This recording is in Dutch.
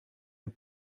een